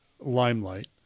limelight